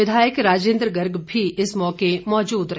विधायक राजेंद्र गर्ग भी इस मौके मौजूद रहे